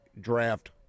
draft